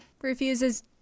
Refuses